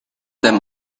them